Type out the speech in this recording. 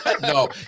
No